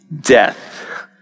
death